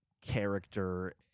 character